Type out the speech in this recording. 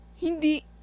Hindi